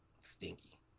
Stinky